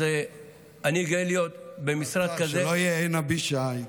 אז אני גאה להיות במשרד כזה, שלא יהיה עינא בישא.